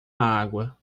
água